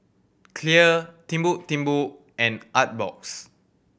Clear Timbuk Timbuk and Artbox